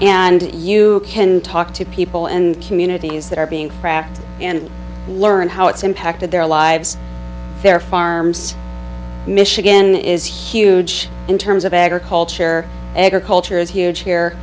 and you can talk to people and communities that are being tracked and learned how it's impacted their lives their farms michigan is huge in terms of agriculture agriculture is huge here